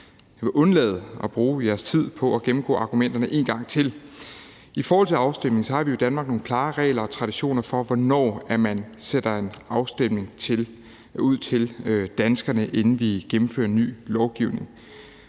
Jeg vil undlade at bruge jeres tid på at gennemgå argumenterne en gang til. I forhold til afstemning har vi jo i Danmark nogle klare regler og traditioner for, hvornår man sætter en afstemning ud til danskerne, inden vi gennemfører ny lovgivning.